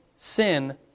sin